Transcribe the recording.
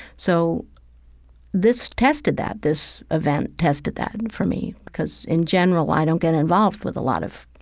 so this tested that. this event tested that for me, because, in general, i don't get involved with a lot of